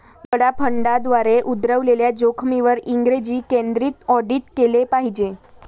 बडा फंडांद्वारे उद्भवलेल्या जोखमींवर इंग्रजी केंद्रित ऑडिट केले पाहिजे